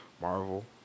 Marvel